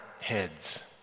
heads